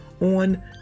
on